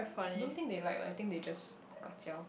don't think they like lah I think they just kacau